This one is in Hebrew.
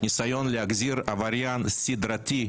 ניסיון להחזיר עבריין סדרתי,